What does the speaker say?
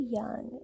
young